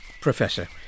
Professor